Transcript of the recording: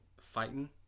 fighting